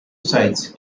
sites